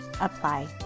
apply